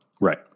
Right